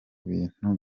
bintu